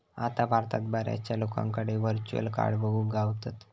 आता भारतात बऱ्याचशा लोकांकडे व्हर्चुअल कार्ड बघुक गावतत